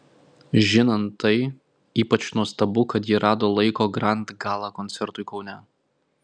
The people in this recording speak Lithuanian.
žinant tai ypač nuostabu kad ji rado laiko grand gala koncertui kaune